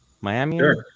Miami